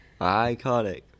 Iconic